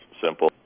simple